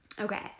Okay